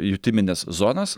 jutimines zonas